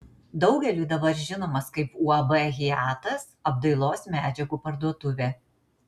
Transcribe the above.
daugeliui dabar žinomas kaip uab hiatas apdailos medžiagų parduotuvė